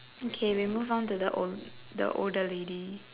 okay we move on to the old the older lady